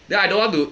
then I don't want to